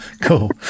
Cool